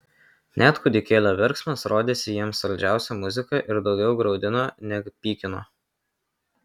net kūdikėlio verksmas rodėsi jiems saldžiausia muzika ir daugiau graudino neg pykino